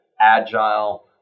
agile